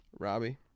Robbie